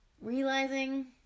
realizing